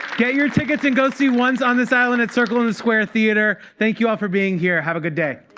get your tickets and go see once on this island at circle in the square theater. thank you all for being here. have a good day.